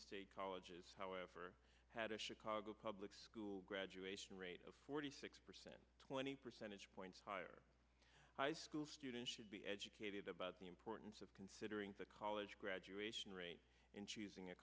state colleges however had a chicago public school graduation rate of forty six percent twenty percentage points higher high school students should be educated about the importance of considering the college graduation rate in choosing a